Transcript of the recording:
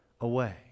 away